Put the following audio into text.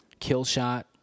Killshot